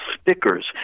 stickers